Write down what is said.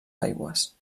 aigües